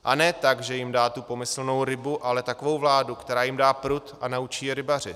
A ne tak, že jim dá tu pomyslnou rybu, ale takovou vládu, která jim dá prut a naučí je rybařit.